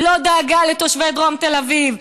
לא דאגה לתושבי דרום תל אביב.